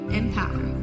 Empower